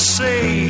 say